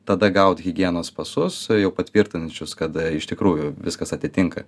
tada gaut higienos pasus patvirtinančius kad iš tikrųjų viskas atitinka